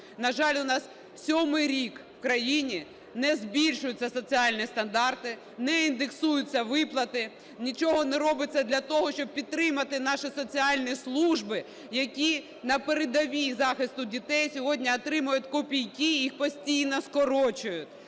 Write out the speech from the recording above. На жаль, у нас сьомий рік в крайні не збільшуються соціальні стандарти, не індексуються виплати, нічого не робиться для того, щоб підтримати наші соціальні служби, які на передовій захисту дітей сьогодні отримують копійки, їх постійно скорочують.